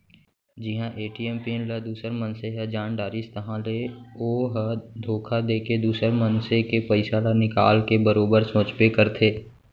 जिहां ATM pin ल दूसर मनसे ह जान डारिस ताहाँले ओ ह धोखा देके दुसर मनसे के पइसा ल निकाल के बरोबर सोचबे करथे